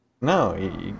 No